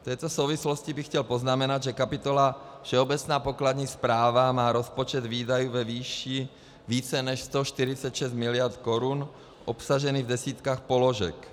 V této souvislosti bych chtěl poznamenat, že kapitola Všeobecná pokladní správa má rozpočet výdajů ve výši více než 146 mld. korun obsažených v desítkách položek.